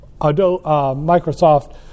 Microsoft